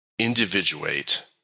individuate